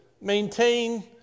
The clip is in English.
maintain